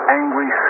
angry